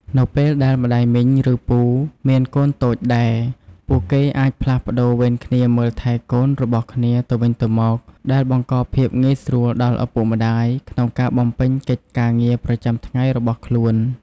នៅពេលដែលម្ដាយមីង ឬពូ មានកូនតូចដែរ ពួកគេអាចផ្លាស់ប្ដូរវេនគ្នាមើលថែកូនរបស់គ្នាទៅវិញទៅមក ដែលបង្កភាពងាយស្រួលដល់ឪពុកម្ដាយក្នុងការបំពេញកិច្ចការងារប្រចាំថ្ងៃរបស់ខ្លួន។